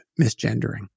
misgendering